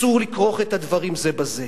אסור לכרוך את הדברים זה בזה.